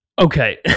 okay